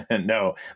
No